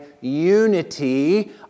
unity